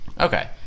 Okay